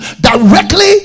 directly